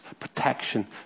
protection